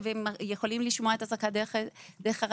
ויכולים לשמוע את האזעקה דרך הרדיו.